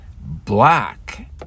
black